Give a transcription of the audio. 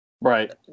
Right